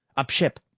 up ship!